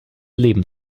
leben